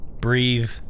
breathe